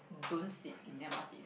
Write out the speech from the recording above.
don't sit in the m_r_t